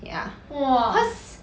ya cause